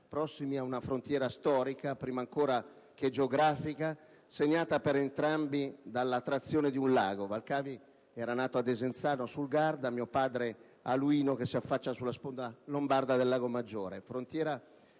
prossimi a una frontiera storica prim'ancora che geografica, segnata per entrambi dall'attrazione di un lago: Valcavi era nato a Desenzano del Garda, mio padre a Luino, che si affaccia sulla sponda lombarda del lago Maggiore;